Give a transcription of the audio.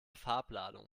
farbladung